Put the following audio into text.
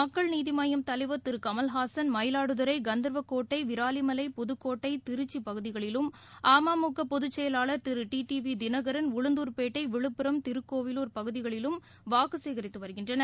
மக்கள் நீதி மய்யம் தலைவர் திரு கமல்ஹாசன் மயிலாடுதுறை கந்தர்வகோட்டை விராலிமலை புதக்கோட்டை திருச்சி பகுதிகளிலும் அமுக பொதுச்செயலாளர் திரு டிடிவி தினகரன் உளுந்துர்பேட்டை விழுப்புரம் திருக்கோவிலூர் பகுதிகளிலும் வாக்கு சேகரித்து வருகின்றனர்